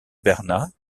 bernat